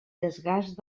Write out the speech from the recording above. desgast